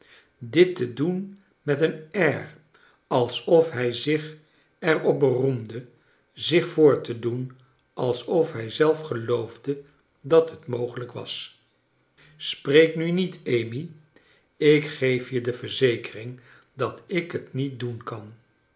dit te doen met een air alsof hij zich er op beroemde zich voor te doen alsof hij zelf geloofde dat het mogelijk was spreek nu niet amy ik geef e de verzekering dat ik het niet doen kan